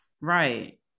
Right